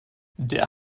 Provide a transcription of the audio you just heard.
der